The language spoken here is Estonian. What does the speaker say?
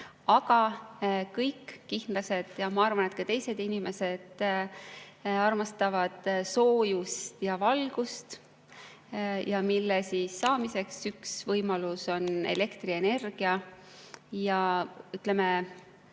Aga kõik kihnlased ja ma arvan, et ka teised inimesed, armastavad soojust ja valgust, mille saamiseks üks võimalus on elektrienergia. Ütleme,